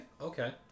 okay